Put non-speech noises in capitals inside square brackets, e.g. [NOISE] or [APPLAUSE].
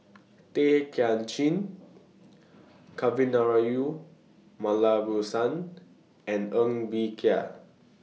Tay Kay Chin Kavignareru [UNINTELLIGIBLE] and Ng Bee Kia